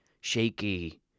shaky